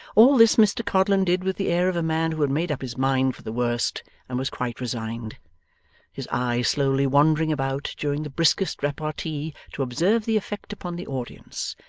all this mr codlin did with the air of a man who had made up his mind for the worst and was quite resigned his eye slowly wandering about during the briskest repartee to observe the effect upon the audience,